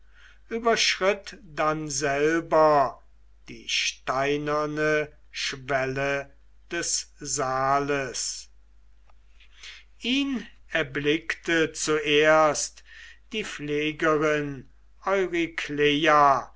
überschritt dann selber die steinerne schwelle des saales ihn erblickte zuerst die pflegerin